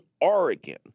Oregon